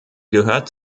gehört